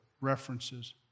references